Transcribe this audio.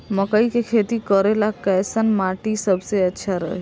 मकई के खेती करेला कैसन माटी सबसे अच्छा रही?